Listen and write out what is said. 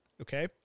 Okay